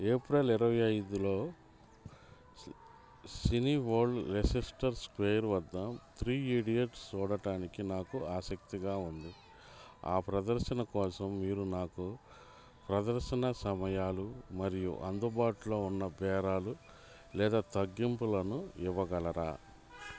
April ఇరవై ఐదులో Cineworld Leicester Square వద్ద త్రీ ఇడియట్స్ చూడడానికి నాకు ఆసక్తిగా ఉంది ఆ ప్రదర్శన కోసం మీరు నాకు ప్రదర్శన సమయాలు మరియు అందుబాటులో ఉన్న బేరాలు లేదా తగ్గింపులను ఇవ్వగలరా